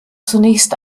zunächst